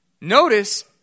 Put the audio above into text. Notice